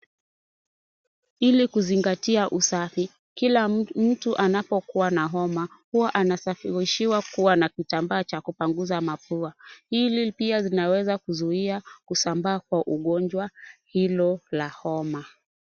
Ili kuzingatia usafi, kila mtu anapokuwa na homa huwa anashawishiwa kuwa na kitambaa cha kupanguza mapua. Hili pia linaweza kuzuia kusambaa kwa ugonjwa hilo la homa.